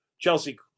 Chelsea